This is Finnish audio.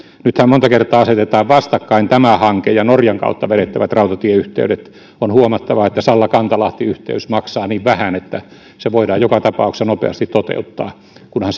nythän monta kertaa asetetaan vastakkain tämä hanke ja norjan kautta vedettävät rautatieyhteydet on huomattava että salla kantalahti yhteys maksaa niin vähän että se voidaan joka tapauksessa nopeasti toteuttaa kunhan